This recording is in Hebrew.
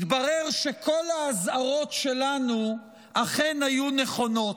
התברר שכל האזהרות שלנו אכן היו נכונות.